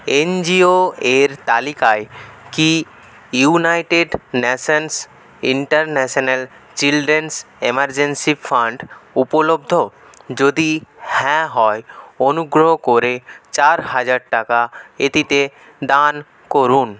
NGO এর তালিকায় কি United Nations International Children's Emergency Fund উপলব্ধ যদি হ্যাঁ হয় অনুগ্রহ করে চার হাজার টাকা এটিতে দান করুন